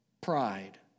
pride